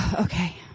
Okay